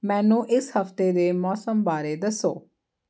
ਮੈਨੂੰ ਇਸ ਹਫ਼ਤੇ ਦੇ ਮੌਸਮ ਬਾਰੇ ਦੱਸੋ